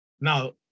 Now